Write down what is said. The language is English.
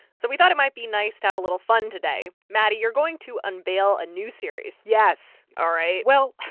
so we thought it might be nice to have a little fun today. maddie, you're going to unveil a new series yes all right well,